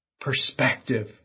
perspective